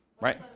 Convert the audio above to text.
right